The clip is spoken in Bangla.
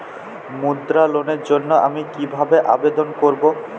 মুদ্রা লোনের জন্য আমি কিভাবে আবেদন করবো?